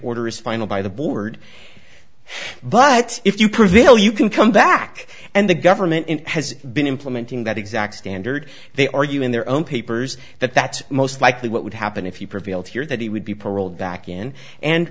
order is final by the board but if you prevail you can come back and the government has been implementing that exact standard they argue in their own papers that that's most likely what would happen if you prevailed here that he would be paroled back in and